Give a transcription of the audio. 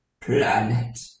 planet